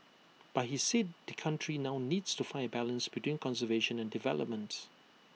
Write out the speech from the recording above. but he said the country now needs to find A balance between conservation and developments